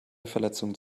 verletzungen